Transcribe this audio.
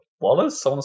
Wallace